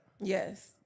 Yes